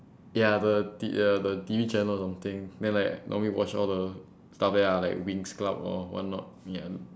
ya the T the T_V channel or something then like normally watch all the stuff there lah like winx club or what not ya